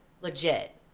legit